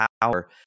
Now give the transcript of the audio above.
power